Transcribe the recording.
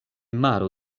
maro